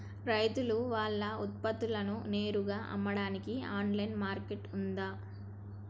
రైతులు వాళ్ల ఉత్పత్తులను నేరుగా అమ్మడానికి ఆన్లైన్ మార్కెట్ ఉందా?